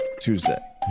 Tuesday